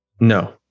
No